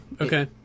Okay